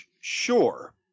Sure